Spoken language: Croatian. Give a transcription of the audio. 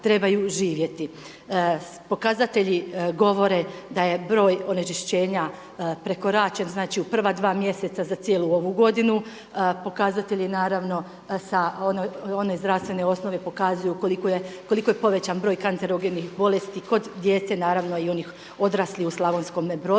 Pokazatelji govore da je broj onečišćenja prekoračen, znači u prva dva mjeseca za cijelu ovu godinu. Pokazatelj je naravno sa sa one zdravstvene osnove pokazuju koliko je povećan broj kancerogenih bolesti kod djece, naravno i onih odraslih u Slavonskome Brodu.